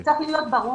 זה צריך להיות ברור.